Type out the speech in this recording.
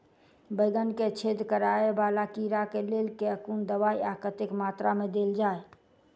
बैंगन मे छेद कराए वला कीड़ा केँ लेल केँ कुन दवाई आ कतेक मात्रा मे देल जाए?